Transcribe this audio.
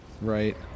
Right